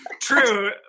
true